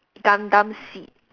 Gundam Seed